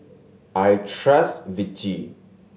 I trust Vichy